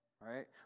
right